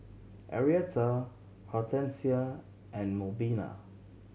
Arietta Hortensia and Melvina